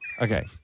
Okay